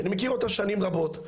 כי אני מכיר אותה שנים רבות,